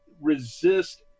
resist